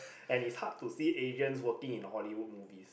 and is hard to see agent working in Hollywood movies